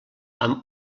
amb